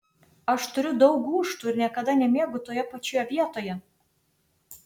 aš turiu daug gūžtų ir niekada nemiegu toje pačioje vietoje